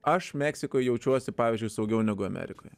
aš meksikoj jaučiuosi pavyzdžiui saugiau negu amerikoj